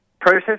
process